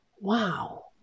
wow